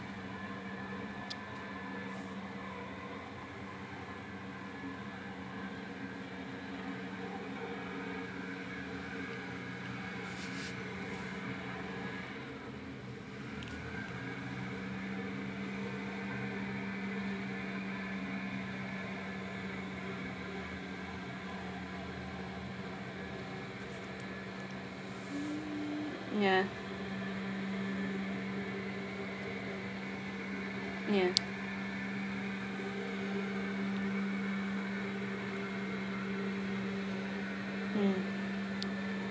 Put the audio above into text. ya ya mm